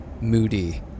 moody